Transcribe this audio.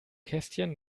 kästchen